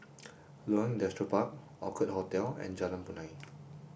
Loyang Industrial Park Orchid Hotel and Jalan Punai